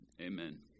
amen